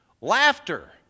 Laughter